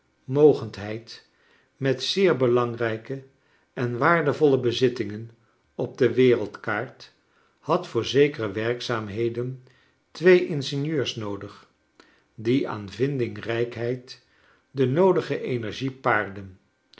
mogendheid met zeer belangrijke en waardevolle bezittingen op de wereldkaart had voor zekere werkzaamheden twee ingenieurs noodig die aan vindingrijkheid de noodige energie